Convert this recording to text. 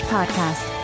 Podcast